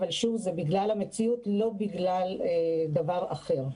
זה בגלל המציאות ולא בגלל דבר אחר.